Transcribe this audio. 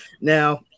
Now